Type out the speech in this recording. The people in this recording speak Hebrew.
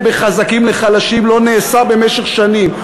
בין חזקים לחלשים לא נעשה במשך שנים.